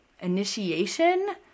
initiation